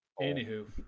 Anywho